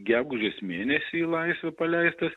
gegužės mėnesį į laisvę paleistas